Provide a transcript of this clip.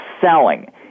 selling